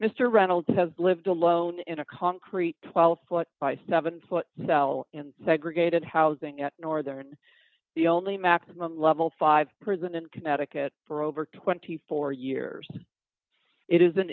mr reynolds has lived alone in a concrete twelve foot by seven foot cell in segregated housing at northern the only maximum level five prison in connecticut for over twenty four years it is an